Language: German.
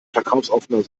verkaufsoffener